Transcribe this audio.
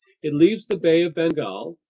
it leaves the bay of bengal,